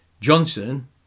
Johnson